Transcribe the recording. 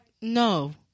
no